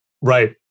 Right